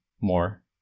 more